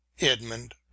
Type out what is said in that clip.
edmund